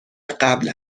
قبل